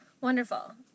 Wonderful